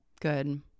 Good